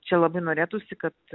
čia labai norėtųsi kad